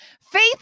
Faith